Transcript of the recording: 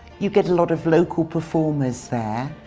you get a lot of local performers there.